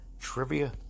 trivia